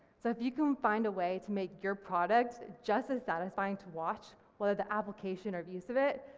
so if you can find a way to make your products, just as satisfying to watch whether the application or views of it,